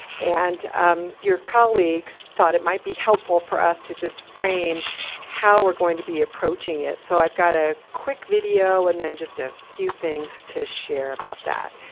and um your colleagues thought it might be helpful for us to just frame how we're going to be approaching it. so i've got a quick video and then just a few things to share about that.